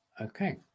Okay